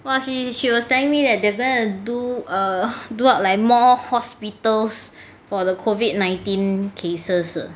!wah! she she was telling me that they were going to do err do up like more hospitals for the COVID nineteen cases